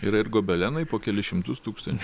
yra ir gobelenai po kelis šimtus tūkstančių